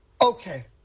okay